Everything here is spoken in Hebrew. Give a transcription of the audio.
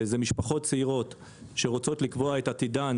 זה משפחות צעירות שרוצות לקבוע את עתידן